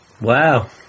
Wow